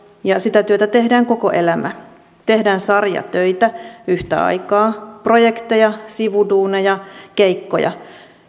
ja sitä työtä tehdään koko elämä tehdään sarjatöitä yhtä aikaa projekteja sivuduuneja keikkoja